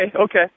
okay